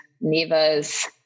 Neva's